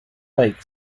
lake